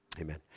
Amen